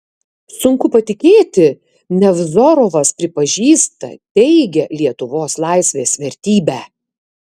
sunku patikėti nevzorovas pripažįsta teigia lietuvos laisvės vertybę